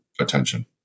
attention